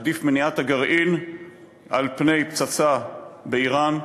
עדיפה מניעת הגרעין על פני פצצה באיראן.